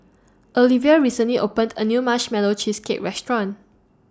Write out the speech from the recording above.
Alivia recently opened A New Marshmallow Cheesecake Restaurant